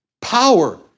Power